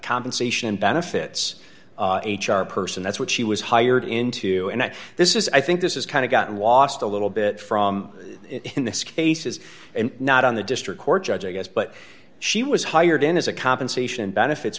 compensation benefits h r person that's what she was hired into and this is i think this is kind of gotten lost a little bit from in this case is not on the district court judge i guess but she was hired in as a compensation benefits